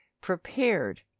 prepared